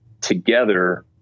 together